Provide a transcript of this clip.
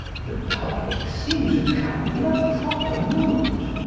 the public seem to come in a proper mood.